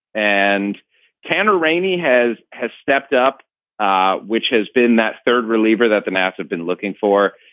and kanter rainey has has stepped up ah which has been that third reliever that the nats have been looking for.